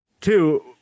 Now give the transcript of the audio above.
two